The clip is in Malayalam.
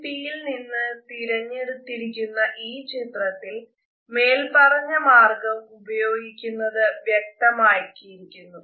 LNP യിൽ നിന്ന് തിരഞ്ഞെടുത്തിരിക്കുന്ന ഈ ചിത്രത്തിൽ മേല്പറഞ്ഞ മാർഗം ഉപയോഗിക്കുന്നത് വ്യക്തമാക്കിയിരിക്കുന്നു